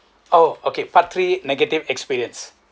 oh okay part three negative experience